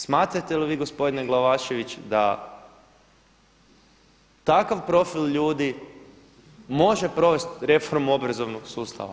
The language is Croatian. Smatrate li vi gospodine Glavašević da takav profil ljudi može provesti reformu obrazovnog sustava?